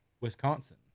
Wisconsin